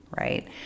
right